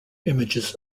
images